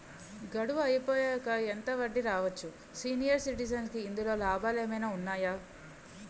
గడువు అయిపోయాక ఎంత వడ్డీ రావచ్చు? సీనియర్ సిటిజెన్ కి ఇందులో లాభాలు ఏమైనా ఉన్నాయా?